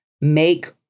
make